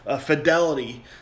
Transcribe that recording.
fidelity